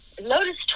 Lotus